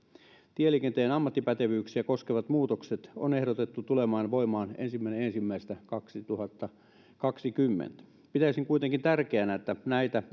tieliikenteen ammattipätevyyksiä koskevat muutokset on ehdotettu tulemaan voimaan ensimmäinen ensimmäistä kaksituhattakaksikymmentä pitäisin kuitenkin tärkeänä että näitä